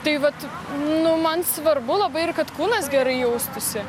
tai vat nu man svarbu labai ir kad kūnas gerai jaustųsi